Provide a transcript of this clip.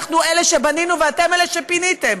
אנחנו אלה שבנינו ואתם אלה שפיניתם.